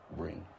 bring